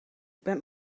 ben